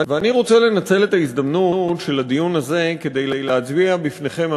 ואני רוצה לנצל את ההזדמנות של הדיון הזה כדי להצביע בפניכם,